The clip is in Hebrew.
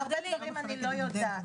הרבה דברים אני לא יודעת.